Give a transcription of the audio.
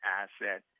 asset